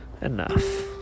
enough